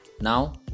now